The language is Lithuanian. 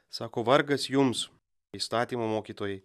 sako vargas jums įstatymo mokytojai